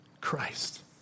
Christ